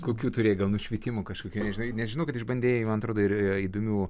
kokių turėjai gal nušvitimų kažkokių nežinai nes žinau kad išbandei man atrodo ir įdomių